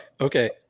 Okay